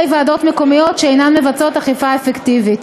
ועדות מקומיות שאינן מבצעות אכיפה אפקטיבית.